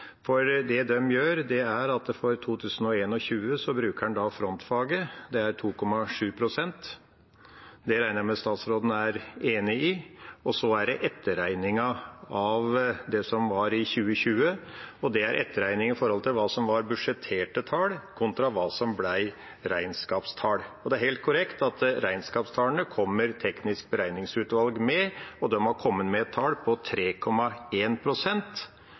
For det de gjør, er at en for 2021 bruker frontfaget, det er 2,7 pst. – det regner jeg med at statsråden er enig i – og så er det etterregningen av det som var i 2020, og det er etterregning i forhold til hva som var budsjetterte tall, kontra hva som ble regnskapstall. Det er helt korrekt at regnskapstallene kommer Teknisk beregningsutvalg med, og de har kommet med et tall på